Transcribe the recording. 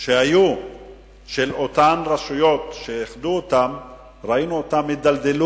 של אותן רשויות שאיחדו אותן הידלדלו.